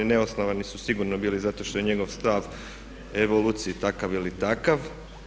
Neosnovani su sigurno bili zato što je njegov stav o evoluciji takav ili takav.